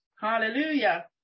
Hallelujah